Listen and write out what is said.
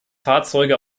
fahrzeuge